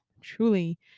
truly